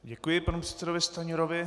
Děkuji panu předsedovi Stanjurovi.